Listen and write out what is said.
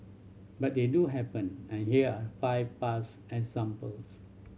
but they do happen and here are five past examples